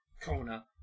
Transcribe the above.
Kona